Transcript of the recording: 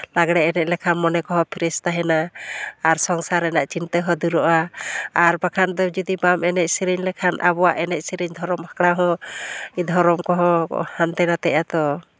ᱞᱟᱸᱜᱽᱲᱮ ᱮᱱᱮᱡ ᱞᱮᱠᱷᱟᱱ ᱢᱚᱱᱮ ᱠᱚᱦᱚᱸ ᱯᱷᱨᱮᱥ ᱛᱟᱦᱮᱸᱱᱟ ᱟᱨ ᱥᱚᱝᱥᱟᱨ ᱨᱮᱱᱟᱜ ᱪᱤᱱᱛᱟᱹ ᱦᱚᱸ ᱥᱟᱹᱜᱤᱧᱚᱜᱼᱟ ᱟᱨ ᱵᱟᱠᱷᱟᱱ ᱫᱚ ᱡᱩᱫᱤ ᱵᱟᱢ ᱮᱱᱮᱡ ᱥᱮᱨᱮᱧ ᱞᱮᱠᱷᱟᱱ ᱟᱵᱚᱣᱟᱜ ᱮᱱᱮᱡ ᱥᱮᱨᱮᱧ ᱫᱷᱚᱨᱚᱢ ᱟᱠᱷᱲᱟ ᱦᱚᱸ ᱫᱷᱚᱨᱚᱢ ᱠᱚᱦᱚᱸ ᱦᱟᱱᱛᱮ ᱱᱟᱛᱮᱜ ᱟᱛᱚ